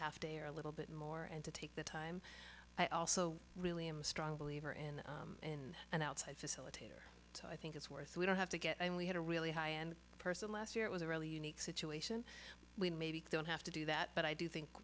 half day or a little bit more and to take the time i also really i'm a strong believer in in and outside facilitator so i think it's worth we don't have to get only had a really high end person last year it was a really unique situation we maybe don't have to do that but i do think